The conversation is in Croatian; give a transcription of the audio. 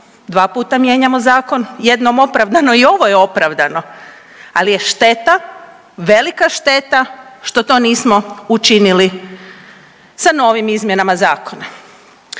dva puta mijenjamo zakon, jednom opravdano i ovo je opravdano, ali je šteta, velika šteta što to nismo učinili sa novim izmjenama zakona.